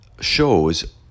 shows